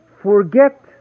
forget